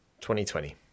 2020